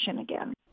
again